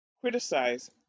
criticize